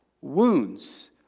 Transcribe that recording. wounds